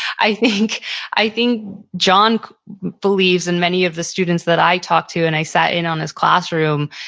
i think i think john believes, and many of the students that i talked to, and i sat in on this classroom,